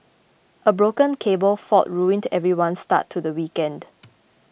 a broken cable fault ruined everyone's start to the weekend